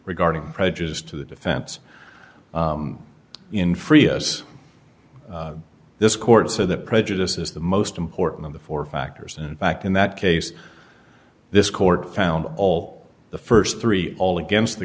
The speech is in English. regarding prejudice to the defense in frias this court so that prejudice is the most important of the four factors and in fact in that case this court found all the first three all against the